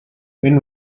when